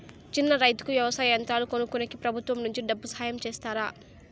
చిన్న రైతుకు వ్యవసాయ యంత్రాలు కొనుక్కునేకి ప్రభుత్వం నుంచి డబ్బు సహాయం చేస్తారా?